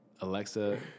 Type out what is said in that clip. Alexa